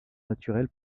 naturelle